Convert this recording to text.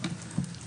אפשר לכתוב: